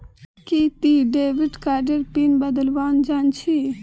कि ती डेविड कार्डेर पिन बदलवा जानछी